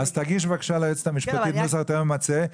אז תגיש בבקשה ליועצת המשפטית נוסח יותר ממצה.